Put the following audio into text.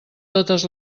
totes